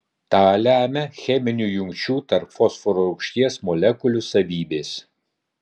tą lemia cheminių jungčių tarp fosforo rūgšties molekulių savybės